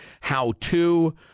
how-to